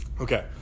Okay